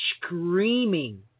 screaming